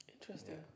Interesting